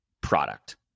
product